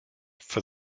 for